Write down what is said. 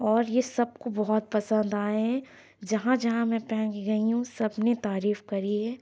اور یہ سب کو بہت پسند آئے ہیں جہاں جہاں میں پہن کے گئی ہوں سب نے تعریف کری ہے